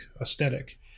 aesthetic